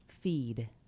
feed